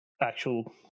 actual